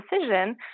decision